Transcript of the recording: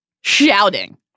shouting